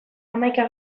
hamaika